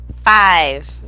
Five